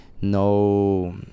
no